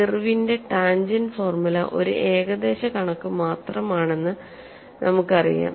ഇർവിന്റെ tangent formula ഒരു ഏകദേശ കണക്ക് മാത്രമാണെന്ന് നമുക്കറിയാം